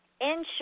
ensure